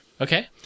Okay